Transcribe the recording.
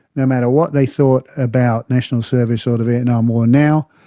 no matter what they thought about national service or the vietnam war now,